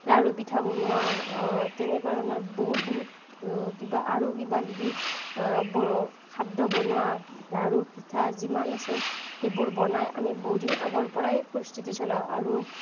লাৰু পিঠা বনোৱা তেনেকুৱা ধৰণৰ বহুত বহুত আৰু কিবা কিবি ব খাদ্য বনোৱা লাৰু পিঠা যিমান আছে সেইবোৰ বনাই আমি বহুদিন আগৰ পৰাই প্ৰস্তুতি চলাওঁ আৰু